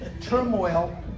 turmoil